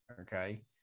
Okay